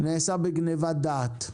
נעשה בגניבת דעת,